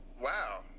wow